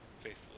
faithfully